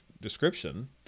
description